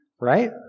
Right